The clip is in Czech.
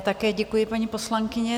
Také děkuji, paní poslankyně.